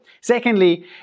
Secondly